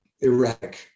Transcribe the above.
erratic